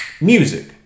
music